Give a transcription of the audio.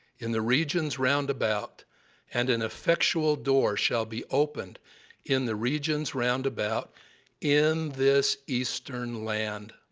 in the regions round about and an effectual door shall be opened in the regions round about in this eastern land.